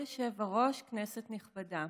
כבוד היושב-ראש, כנסת נכבדה,